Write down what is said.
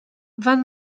van